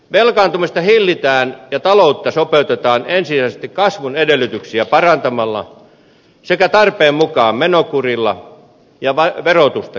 velkaantumista hillitään ja taloutta sopeutetaan ensisijaisesti kasvun edellytyksiä parantamalla sekä tarpeen mukaan menokurilla ja verotusta kiristämällä